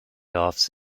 offs